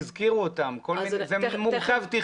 תכנונית זה מורכב.